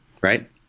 right